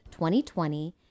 2020